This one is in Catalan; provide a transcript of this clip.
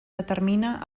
determina